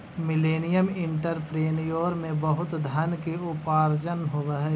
millennial entrepreneur में बहुत धन के उपार्जन होवऽ हई